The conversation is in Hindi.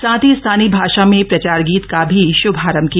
साथ ही स्थानीय भाषा में प्रचार गीत का भी शुभारंभ किया